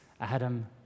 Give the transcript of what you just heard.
Adam